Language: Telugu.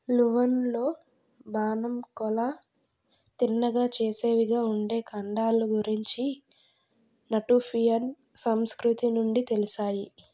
లువ్వన్లో బాణం కొల తిన్నగాచేసేవిగా ఉండే ఖండాలు గురించి నటుషియన్ సంస్కృతి నుండి తెలిశాయి